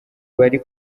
bari